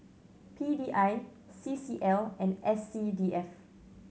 P D I C C L and S C D F